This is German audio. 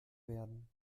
werden